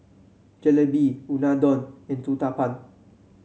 Jalebi Unadon and Uthapam